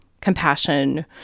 compassion